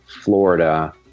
Florida